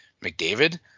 McDavid